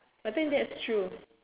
I think that's true